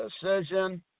decision